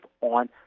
on